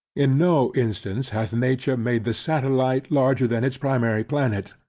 in no instance hath nature made the satellite larger than its primary planet,